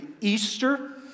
Easter